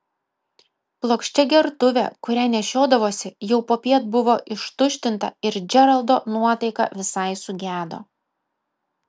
plokščia gertuvė kurią nešiodavosi jau popiet buvo ištuštinta ir džeraldo nuotaika visai sugedo